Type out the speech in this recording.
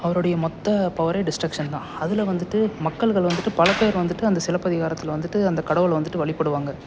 அவருடைய மொத்த பவரே டிஸ்ட்ரக்ஷன் தான் அதில் வந்துட்டு மக்கள்கள் வந்துட்டு பல பேர் வந்துட்டு அந்த சிலப்பதிகாரத்தில் வந்துட்டு அந்த கடவுளை வந்துட்டு வழிபடுவாங்க